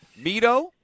Mito